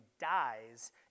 dies